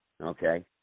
okay